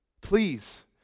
Please